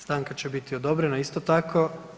Stanka će biti odobrena isto tako.